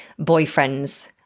boyfriends